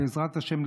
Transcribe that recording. בעזרת השם,